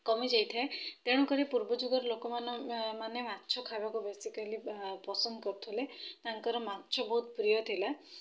କମିଯାଇଥାଏ ତେଣୁ କରି ପୂର୍ବ ଯୁଗର ଲୋକମାନ ମାନେ ମାଛ ଖାଇବାକୁ ବେଶିକାଲି ପସନ୍ଦ କରୁଥିଲେ ତାଙ୍କର ମାଛ ବହୁତ ପ୍ରିୟ ଥିଲା